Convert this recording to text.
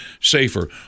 safer